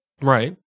Right